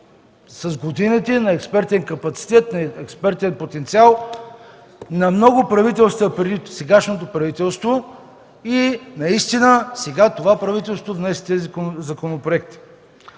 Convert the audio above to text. с годините на експертен капацитет, на експертен потенциал на много правителства преди сегашното и сега това правителство внесе тези законопроекти.